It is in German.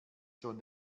schon